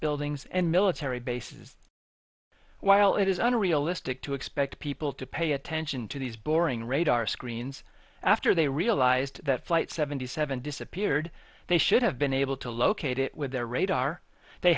buildings and military bases while it is unrealistic to expect people to pay attention to these boring radar screens after they realized that flight seventy seven disappeared they should have been able to locate it with their radar they